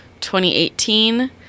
2018